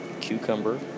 cucumber